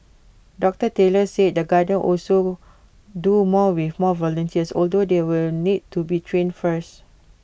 doctor Taylor said the gardens also do more with more volunteers although they will need to be trained first